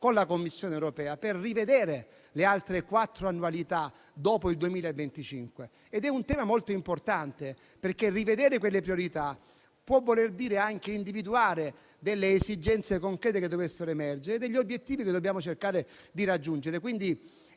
con la Commissione europea per rivedere le altre quattro annualità dopo il 2025. Questo è un tema molto importante, perché rivedere quelle priorità può voler dire anche individuare esigenze concrete che dovessero emergere e obiettivi che dobbiamo cercare di raggiungere.